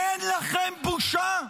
--- אין לכם בושה?